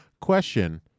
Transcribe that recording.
Question